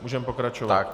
Můžeme pokračovat.